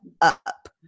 up